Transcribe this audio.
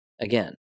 Again